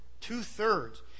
Two-thirds